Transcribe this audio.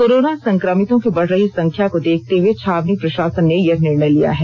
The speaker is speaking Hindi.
कोरोना संक्रमितों की बढ़ रही संख्या को देखते हए छावनी प्रशासन ने यह निर्णय लिया है